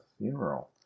funeral